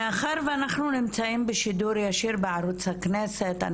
מאחר ואנחנו נמצאים בשידור ישיר בערוץ הכנסת,